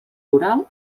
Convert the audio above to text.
oral